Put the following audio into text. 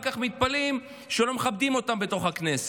כך מתפלאים שלא מכבדים אותם בתוך הכנסת.